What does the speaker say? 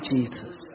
Jesus